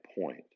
point